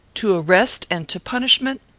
to arrest and to punishment?